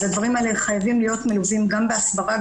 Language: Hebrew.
אז הדברים האלה חייבים להיות מלווים גם בהסברה,